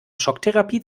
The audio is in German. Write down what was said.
schocktherapie